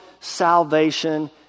salvation